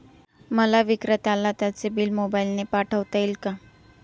मला विक्रेत्याला त्याचे बिल मोबाईलने पाठवता येईल का?